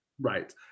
Right